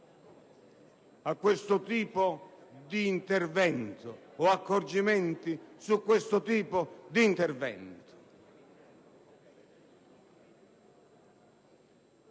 a questo tipo di intervento o accorgimenti su questo tipo di intervento.